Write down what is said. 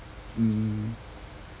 mm